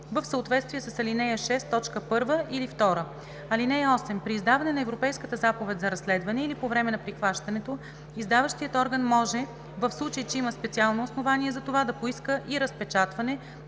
в съответствие с ал. 6, т. 1 или 2. (8) При издаване на Европейската заповед за разследване или по време на прихващането издаващият орган може, в случай че има специално основание за това, да поиска и разпечатване,